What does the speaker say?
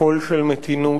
קול של מתינות,